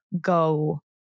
go